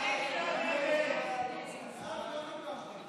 ההסתייגות (49) של חבר הכנסת בועז טופורובסקי לסעיף 15 לא נתקבלה.